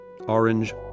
orange